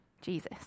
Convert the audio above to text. Jesus